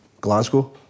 Glasgow